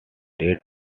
red